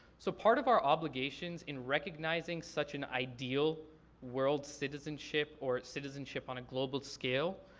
so part of our obligations in recognizing such an ideal world citizenship, or citizenship on a global scale,